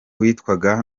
witwaga